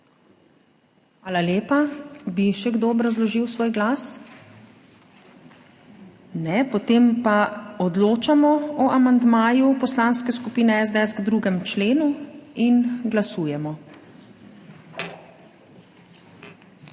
Hvala lepa. Bi še kdo obrazložil svoj glas? Ne. Potem pa odločamo o amandmaju Poslanske skupine SDS k 2. členu. Glasujemo.